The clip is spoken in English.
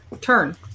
turn